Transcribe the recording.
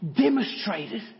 demonstrated